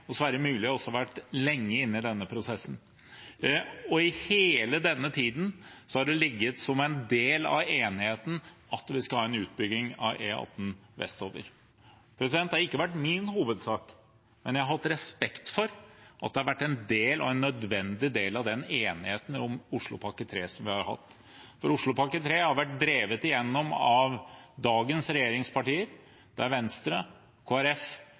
i denne prosessen. Og i hele denne tiden har det ligget som en del av enigheten at vi skal ha en utbygging av E18 vestover. Det har ikke vært min hovedsak, men jeg har hatt respekt for at det har vært en nødvendig del av den enigheten som vi har hatt om Oslopakke 3, for Oslopakke 3 har vært drevet igjennom av dagens regjeringspartier – Venstre,